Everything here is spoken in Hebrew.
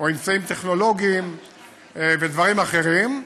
או אמצעים טכנולוגיים ודברים אחרים.